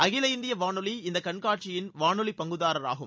அகில இந்திய வானொலி இந்த கண்காட்சியின் வானொலி பங்குதாரர் ஆகும்